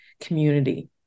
community